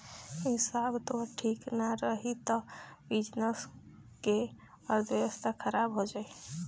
हिसाब तोहार ठीक नाइ रही तअ बिजनेस कअ अर्थव्यवस्था खराब हो जाई